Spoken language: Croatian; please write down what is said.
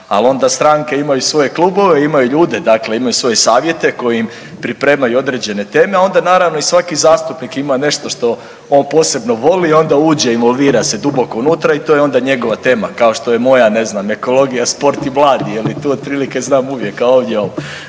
ali onda stranke imaju svoje klubove, imaju ljude, dakle imaju svoje savjete koji im pripremaju određene teme, onda naravno i svaki zastupnik ima nešto što on posebno voli, onda uđe, involvira se duboko unutra i to je onda njegova tema, kao što je moja, ne znam, ekologija, sport i mladi, jel', tu otprilike znam uvijek, a ovdje ovo.